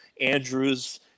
Andrew's